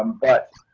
um but,